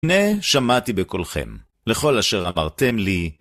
הנה, שמעתי בכולכם. לכל אשר אמרתם לי,